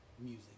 music